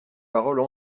paroles